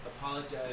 apologize